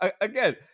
again